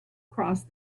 crossed